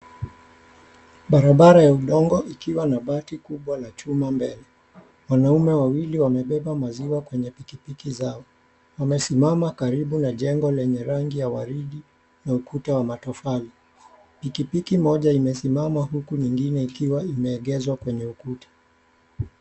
Barabara ya udongo ikiwa na bati la chuma mbele wanaume wawili wamebeba maziwa kwenye pikipiki zao. Wamesima karibu na jengo lenye rangi ya waridi na ukuta wa matofali. Pikipiki moja imesimama huku nyingine ikiwa imeengezwa kwenye ukuta.